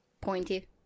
Pointy